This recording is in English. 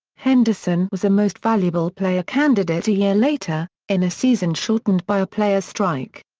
henderson was a most valuable player candidate a year later, in a season shortened by a players' strike.